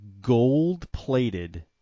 gold-plated